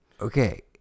Okay